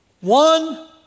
One